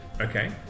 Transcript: Okay